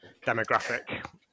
demographic